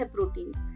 Proteins